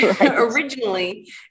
originally